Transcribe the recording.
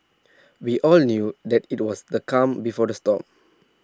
we all knew that IT was the calm before the storm